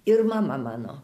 ir mama mano